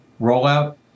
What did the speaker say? rollout